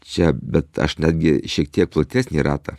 čia bet aš netgi šiek tiek platesnį ratą